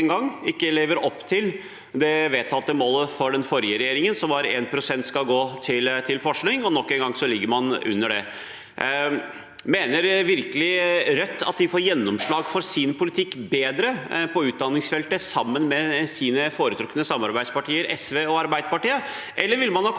ikke lever opp til det vedtatte målet for den forrige regjeringen, som var at 1 pst. skal gå til forskning. Nok en gang ligger man under det. Mener Rødt virkelig at de får bedre gjennomslag for sin politikk på utdanningsfeltet sammen med sine foretrukne samarbeidspartier SV og Arbeiderpartiet, eller ville man ha kommet